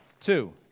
two